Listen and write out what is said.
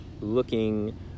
looking